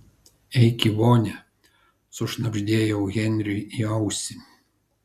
eik į vonią sušnabždėjau henriui į ausį